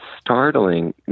startling